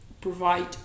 provide